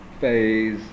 phase